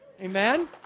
Amen